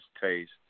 taste